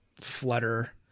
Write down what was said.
flutter